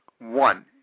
one